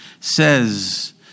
says